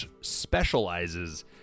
specializes